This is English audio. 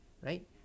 right